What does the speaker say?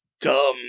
dumb